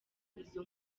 izo